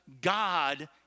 God